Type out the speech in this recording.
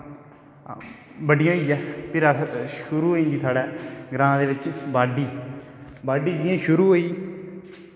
बड्डियां होईयै फिरी शुरु होई जंदी साढ़ै ग्रांऽ दे बिच्च बाह्ड्डी बाह्ड्डी जियां शुरु होई